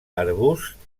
arbusts